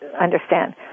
understand